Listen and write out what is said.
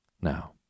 Now